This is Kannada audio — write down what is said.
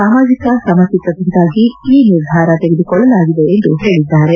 ಸಾಮಾಜಿಕ ಸಮಚಿತ್ತತೆಗಾಗಿ ಈ ನಿರ್ಧಾರ ತೆಗೆದುಕೊಳ್ಳಲಾಗಿದೆ ಎಂದು ಹೇಳಿದ್ದಾರೆ